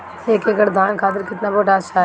एक एकड़ धान खातिर केतना पोटाश चाही?